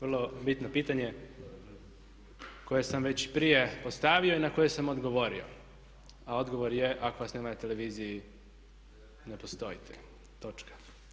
Vrlo bitno pitanje koje sam već prije postavio i na koje sam odgovorio a odgovor je ako vas nema na televiziji ne postojite, točka.